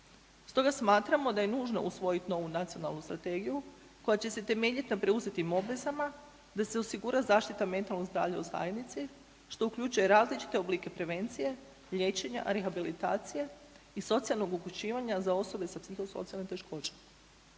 Stoga smatramo da je nužno usvojiti novu nacionalnu strategiju koja će se temeljiti na preuzetim obvezama da se osigura zaštita mentalnog zdravlja u zajednici, što uključuje različite oblike prevencije, liječenja, rehabilitacije i socijalnog uključivanja za osobe sa psihosocijalnim teškoćama.